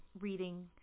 reading